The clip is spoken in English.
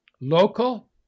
local